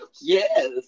Yes